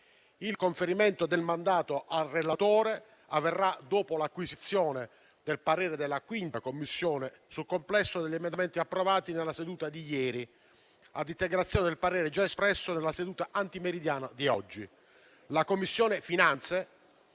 Il conferimento del mandato al relatore avverrà dopo l'acquisizione del parere della 5a Commissione sul complesso degli emendamenti approvati nella seduta di ieri, a integrazione del parere già espresso nella seduta antimeridiana di oggi.